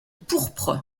pourpre